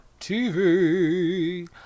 TV